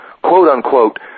quote-unquote